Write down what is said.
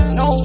no